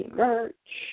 merch